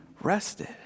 rested